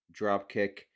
dropkick